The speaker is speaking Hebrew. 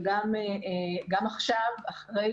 וגם עכשיו אחרי